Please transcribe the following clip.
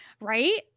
Right